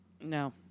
No